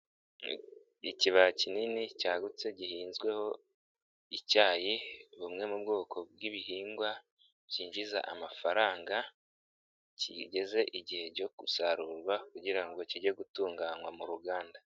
Ikibaya kinini cyagutse gihinzweho icyayi bumwe mu bwoko bw'ibihingwa byinjiza amafaranga kigeze igihe cyo gusarurwa kugira ngo kijye gutunganywa mu ruganda.